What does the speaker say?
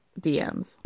DMs